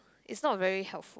it's not very helpful